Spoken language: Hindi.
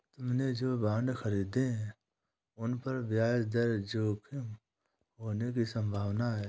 तुमने जो बॉन्ड खरीदे हैं, उन पर ब्याज दर जोखिम होने की संभावना है